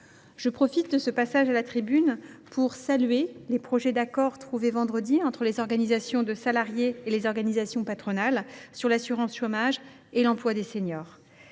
Je profite de ce passage à la tribune pour saluer les projets d’accords trouvés vendredi dernier entre les organisations de salariés et les organisations patronales sur l’assurance chômage et l’emploi de seniors.